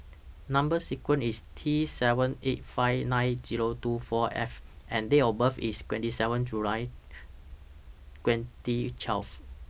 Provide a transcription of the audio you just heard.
Number sequence IS T seven eight five nine Zero two four F and Date of birth IS twenty seven July twenty twelve